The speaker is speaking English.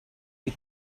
you